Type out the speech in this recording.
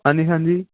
ਹਾਂਜੀ ਹਾਂਜੀ